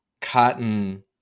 Cotton